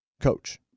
coach